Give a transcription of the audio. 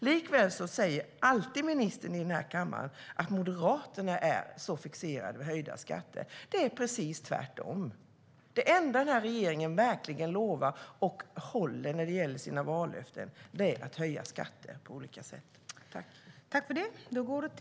Likväl säger alltid ministern i denna kammare att Moderaterna är fixerade vid höjda skatter. Det är precis tvärtom. Det enda regeringen verkligen håller när det gäller sina vallöften är att höja skatter på olika sätt.